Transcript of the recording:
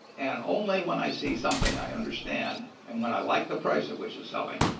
and only when i see something i understand and when i like the price at which it's selling,